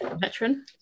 Veteran